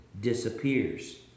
disappears